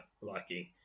liking